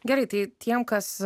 gerai tai tiem kas